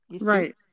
Right